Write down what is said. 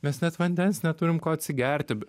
mes net vandens neturim ko atsigerti